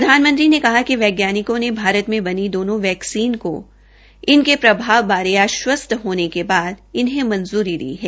प्रधानमंत्री ने कहा कि वैज्ञानिकों ने भारत में बनी दोनो वैक्सीन को इनके प्रभाव बारे निषचिंत होने के बाद इन्हें मंजूरीदी है